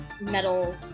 metal